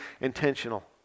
intentional